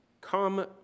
come